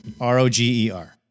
R-O-G-E-R